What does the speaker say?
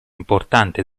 importante